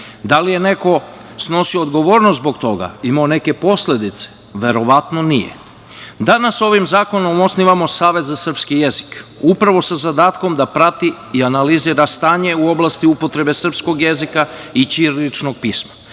Da li je neko snosio odgovornost zbog toga, imao neke posledice, verovatno nije. Danas ovim zakonom osnivamo Savet za srpski jezik, upravo sa zadatkom da prati i analizira stanje u oblasti upotrebe srpskog jezika i ćiriličnog pisma.